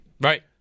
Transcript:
right